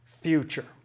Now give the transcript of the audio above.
future